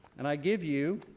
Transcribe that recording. and i give you